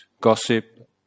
gossip